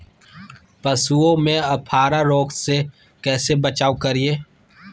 पशुओं में अफारा रोग से कैसे बचाव करिये?